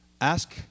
Ask